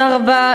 תודה רבה,